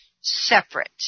separate